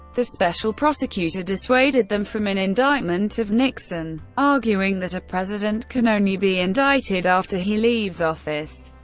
the special prosecutor dissuaded them from an indictment of nixon, arguing that a president can only be indicted after he leaves office.